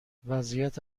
وضعیت